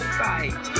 fight